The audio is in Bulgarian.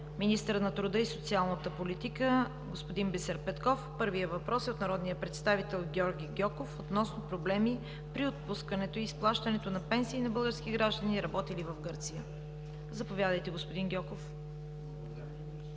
министъра на труда и социалната политика – господин Бисер Петков. Първият въпрос е от народния представител Георги Гьоков относно проблеми при отпускането и изплащането на пенсии на български граждани, работили в Гърция. Заповядайте, господин Гьоков.